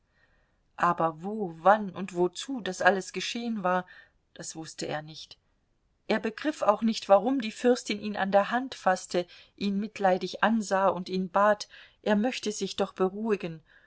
aber wo wann und wozu das alles geschehen war das wußte er nicht er begriff auch nicht warum die fürstin ihn an der hand faßte ihn mitleidig ansah und ihn bat er möchte sich doch beruhigen